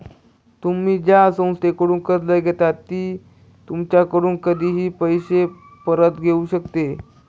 तुम्ही ज्या संस्थेकडून कर्ज घेता ती तुमच्याकडून कधीही तुमचे पैसे परत घेऊ शकते